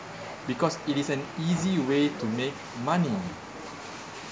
because it is an easy way to make money